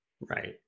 Right